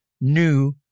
new